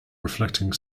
reflecting